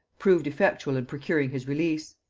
proved effectual in procuring his release.